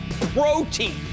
protein